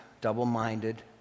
double-minded